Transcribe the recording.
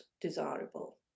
desirable